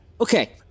Okay